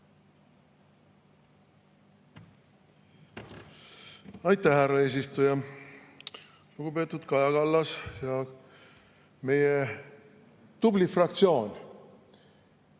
Aitäh, härra eesistuja! Lugupeetud Kaja Kallas ja meie tubli fraktsioon!